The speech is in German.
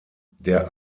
der